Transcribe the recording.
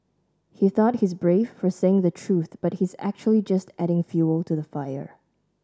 he thought he's brave for saying the truth but he's actually just adding fuel to the fire